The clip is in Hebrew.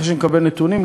אחרי שנקבל נתונים,